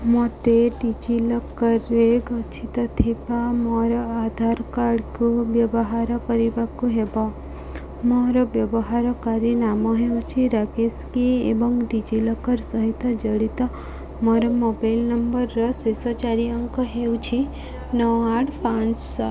ମୋତେ ଡିଜିଲକର୍ରେ ଗଚ୍ଛିତ ଥିବା ମୋର ଆଧାର କାର୍ଡ଼୍କୁ ବ୍ୟବହାର କରିବାକୁ ହେବ ମୋର ବ୍ୟବହାରକାରୀ ନାମ ହେଉଛି ରାକେଶ କେ ଏବଂ ଡିଜିଲକର୍ ସହିତ ଜଡ଼ିତ ମୋର ମୋବାଇଲ୍ ନମ୍ବର୍ର ଶେଷ ଚାରି ଅଙ୍କ ହେଉଛି ନଅ ଆଠ ପାଞ୍ଚ ସାତ